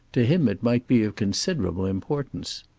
to him it might be of considerable importance.